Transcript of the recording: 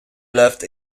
left